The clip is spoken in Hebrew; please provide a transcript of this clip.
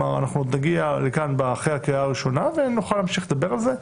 אנחנו עוד נגיע לכאן אחרי הקריאה הראשונה ונוכל להמשיך לדבר על זה.